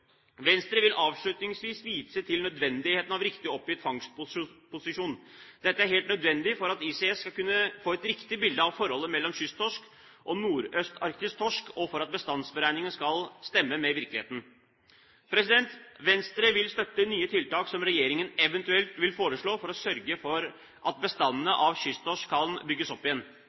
Venstre vil avslutningsvis vise til nødvendigheten av riktig oppgitt fangstposisjon. Dette er helt nødvendig for at ICES skal kunne få et riktig bilde av forholdet mellom kysttorsk og nordøstarktisk torsk, og for at bestandsberegningene skal stemme med virkeligheten. Venstre vil støtte nye tiltak som regjeringen eventuelt vil foreslå for å sørge for at bestandene av kysttorsk kan bygges opp igjen.